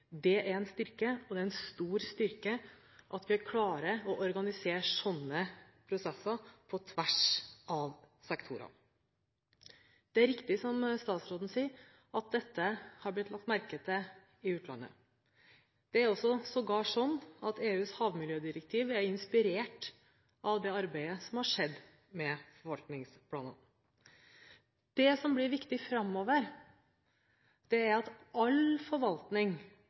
Det er en styrke, og det er en stor styrke at vi klarer å organisere slike prosesser på tvers av sektorene. Det er riktig som statsråden sier, at dette har blitt lagt merke til i utlandet. Sågar EUs havmiljødirektiv er inspirert av det arbeidet som har skjedd med forvaltningsplanene. Det som blir viktig framover, er at all forvaltning